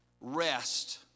rest